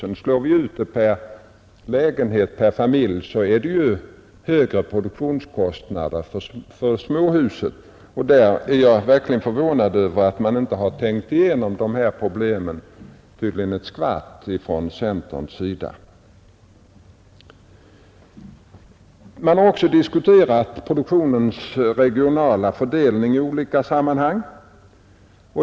Om vi slår ut kostnaderna per familj, blir det högre produktionskostnader för småhusen. Jag är verkligen förvånad över att centerpartiet inte ett skvatt tänkt igenom de här problemen. Man har också diskuterat produktionens regionala fördelning i olika sammanhang.